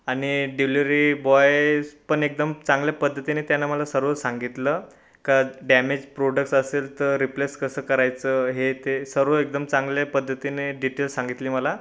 आनि delivery boys पण एकदम चांगल्या पद्धतीने त्यानं मला सर्व सांगितलं का डॅमेज प्रोडक्स असेल तर रिप्लेस कसं करायचं हे ते सर्व एकदम चांगल्या पद्धतीने डिटेल सांगितले मला